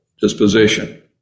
disposition